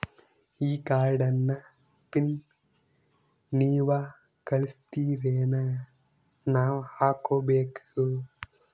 ಈ ಕಾರ್ಡ್ ನ ಪಿನ್ ನೀವ ಕಳಸ್ತಿರೇನ ನಾವಾ ಹಾಕ್ಕೊ ಬೇಕು?